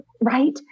right